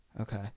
Okay